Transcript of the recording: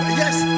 yes